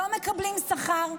לא מקבלים שכר,